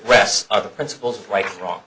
rest of the principals right or wrong